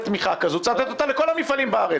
תמיכה כזאת צריך לתת אותה לכל המפעלים בארץ.